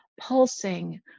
pulsing